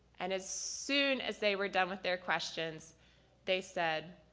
and as soon as they were done with their questions they said,